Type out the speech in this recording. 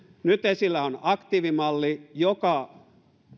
nyt esillä on aktiivimalli joka